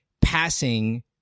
passing